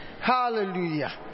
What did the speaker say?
Hallelujah